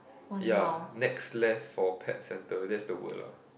ya next left for pet centre that's the word lor